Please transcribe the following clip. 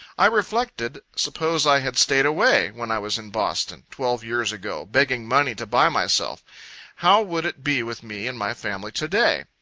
i reflected, suppose i had stayed away, when i was in boston, twelve years ago, begging money to buy myself how would it be with me and my family to-day?